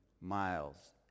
miles